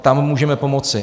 Tam můžeme pomoci.